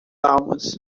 almas